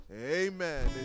amen